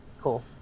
Cool